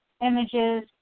images